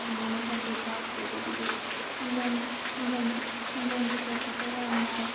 ꯑꯗꯨꯃꯥꯏꯅ ꯇꯧꯕꯤꯕ ꯑꯗꯨꯗꯒꯤꯗꯤ ꯁꯪꯒꯣꯝ ꯁꯪꯒꯣꯝꯁꯦ ꯁꯪꯒꯣꯝ ꯄꯨꯊꯣꯛꯄꯁꯦ ꯌꯥꯝꯅ